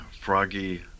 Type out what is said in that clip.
Froggy